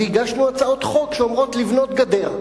והגשנו הצעות חוק שאומרות לבנות גדר.